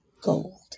gold